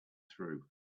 through